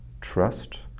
trust